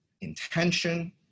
intention